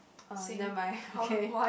uh never mind okay